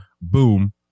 boom